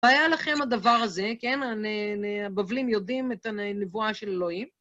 היה לכם הדבר הזה, כן? הבבלים יודעים את הנבואה של אלוהים.